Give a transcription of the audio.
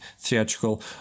theatrical